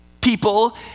people